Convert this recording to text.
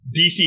DC